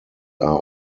are